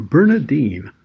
Bernadine